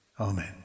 Amen